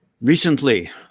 Recently